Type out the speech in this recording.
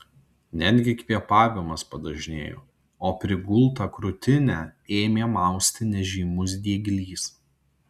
netgi kvėpavimas padažnėjo o prigultą krūtinę ėmė mausti nežymus dieglys